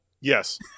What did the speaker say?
Yes